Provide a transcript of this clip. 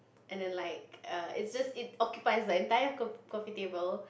and then like err it just it occupy the entire co~ coffee table